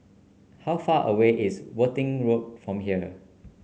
how far away is Worthing Road from here